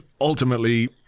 ultimately